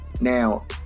Now